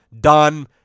done